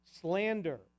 slander